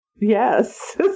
yes